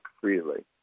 freely